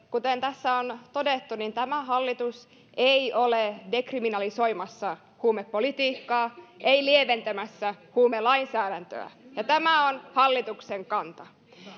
kuten tässä on todettu tämä hallitus ei ole dekriminalisoimassa huumepolitiikkaa ei lieventämässä huumelainsäädäntöä tämä on hallituksen kanta